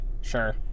Sure